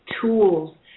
tools